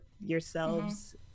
yourselves